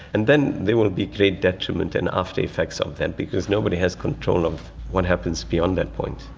and then there will be great detriment and after effects of that, because nobody has control of what happens beyond that point.